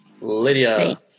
Lydia